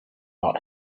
not